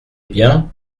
bien